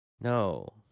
No